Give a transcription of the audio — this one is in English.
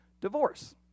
divorce